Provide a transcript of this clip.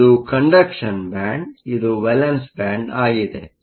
ಇದು ಕಂಡಕ್ಷನ್ ಬ್ಯಾಂಡ್ಇದು valence band valence band ಆಗಿದೆ